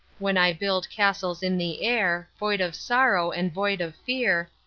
when i build castles in the air, void of sorrow and void of fear,